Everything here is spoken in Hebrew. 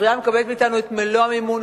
הספרייה מקבלת מאתנו את מלוא המימון,